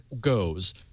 goes